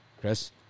Chris